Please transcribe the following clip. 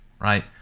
right